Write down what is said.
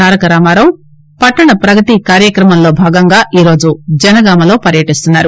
తారక రామారావు పట్షణ పగతి కార్యక్రమంలో భాగంగా ఈ రోజు జనగాంలో పర్యటిస్తున్నారు